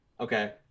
okay